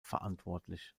verantwortlich